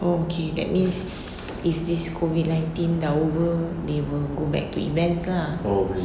oh okay that means if this COVID nineteen dah